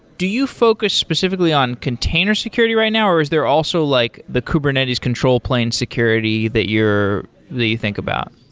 do you focus specifically on container security right now, or is there also like the kubernetes control plane security that you're that you think about?